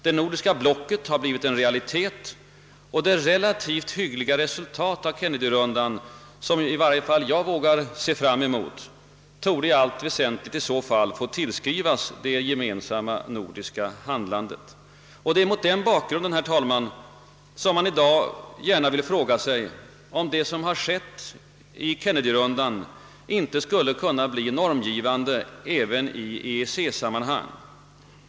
Det nordiska blocket har blivit en realitet, och det relativt hyggliga resultat av Kennedyrundan, som i varje fall jag nu vågar se fram mot, torde i allt väsentligt få tillskrivas det gemensamma nordiska handlandet. Det är mot den bakgrunden som man, herr talman, i dag frågar sig om det som skett i Kennedyrundan inte skulle kunna bli normgivande även i EEC-sammanhang.